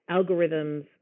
algorithms